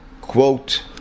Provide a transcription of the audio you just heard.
quote